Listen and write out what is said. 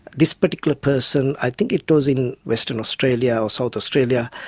this particular person, i think it was in western australia or south australia,